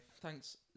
thanks